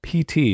PT